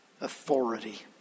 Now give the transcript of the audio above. authority